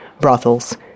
brothels